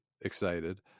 excited